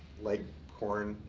like corn,